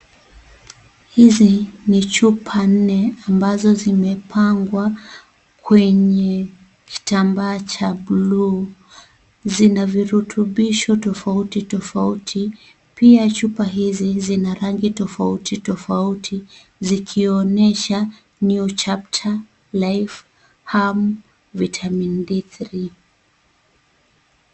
Hizi ni chupa nne ambazo zimepangwa kwenye kitambaa cha buluu. zina rutubishi tofauti tofauti .Pia chupa hizi zina rangi tofauti tofauti zikionyesha,(cs)new chapter, life hum, vitamin 3d(cs).